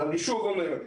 אבל אני שוב אומר,